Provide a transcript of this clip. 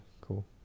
cool